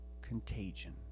contagion